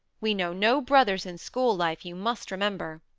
we know no brothers in school life, you must remember.